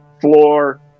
floor